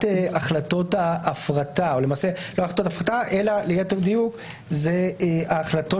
החלטות ההפרטה או למעשה לא החלטות הפרטה אלא ליתר דיוק אלה ההחלטות